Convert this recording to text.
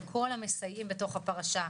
לכל המסייעים בתוך הפרשה,